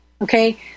Okay